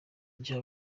gihe